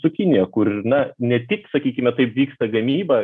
su kinija kur na ne tik sakykime taip vyksta gamyba